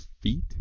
feet